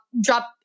drop